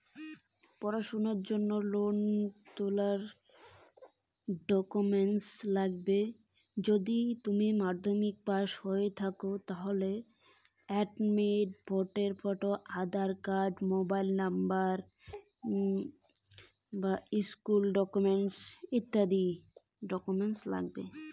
পড়াশুনার জন্যে লোন তুলির জন্যে কি কি ডকুমেন্টস নাগে?